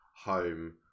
home